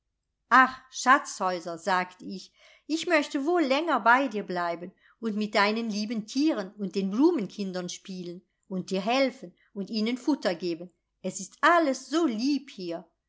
ach schatzhäuser sagte ich ich möchte wohl länger bei dir bleiben und mit deinen lieben tieren und den blumenkindern spielen und dir helfen und ihnen futter geben es ist alles so lieb